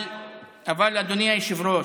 אבל אדוני היושב-ראש,